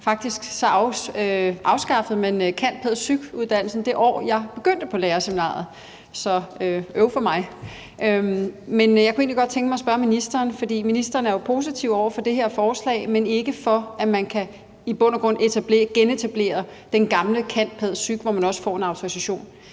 Faktisk afskaffede man cand.pæd.psyk.-uddannelsen, det år jeg begyndte på lærerseminariet, så øv for mig. Men jeg kunne egentlig godt tænke mig at spørge ministeren, for ministeren er jo positiv over for det her forslag, men ikke for, at man i bund og grund kan genetablere den gamle cand.pæd.psyk-uddannelse, hvor man også fik en autorisation: